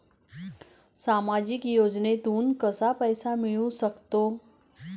सामाजिक योजनेतून कसा पैसा मिळू सकतो?